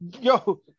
Yo